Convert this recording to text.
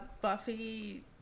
Buffy